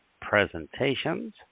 presentations